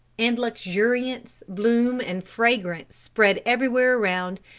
and luxuriance, bloom and fragrance spread everywhere around,